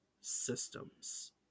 Systems